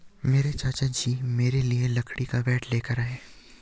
मेरे चाचा जी मेरे लिए लकड़ी का बैट लेकर आए